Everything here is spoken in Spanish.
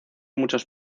muchos